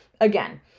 again